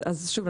אם